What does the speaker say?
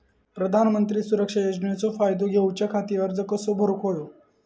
प्रधानमंत्री सुरक्षा योजनेचो फायदो घेऊच्या खाती अर्ज कसो भरुक होयो?